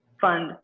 fund